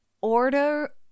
Order